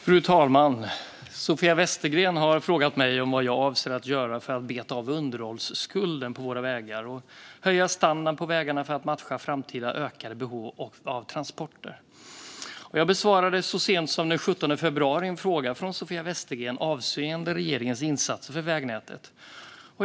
Fru talman! Sofia Westergren har frågat mig vad jag avser att göra för att beta av underhållsskulden på våra vägar och höja standarden på vägarna för att matcha framtida ökade behov av transporter. Jag besvarade så sent som den 17 februari en fråga från Sofia Westergren avseende regeringens insatser för vägnätet.